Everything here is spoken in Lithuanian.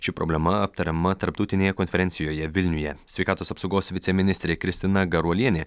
ši problema aptariama tarptautinėje konferencijoje vilniuje sveikatos apsaugos viceministrė kristina garuolienė